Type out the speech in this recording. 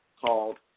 Called